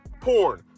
porn